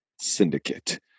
syndicate